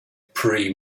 pre